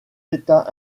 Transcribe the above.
états